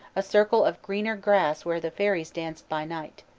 a circle of greener grass where the fairies danced by night.